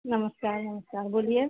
नमस्कार नमस्कार बोलिए